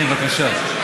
בבקשה.